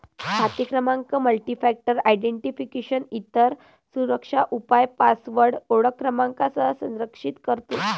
खाते क्रमांक multifactor identification, इतर सुरक्षा उपाय पासवर्ड ओळख क्रमांकासह संरक्षित करतो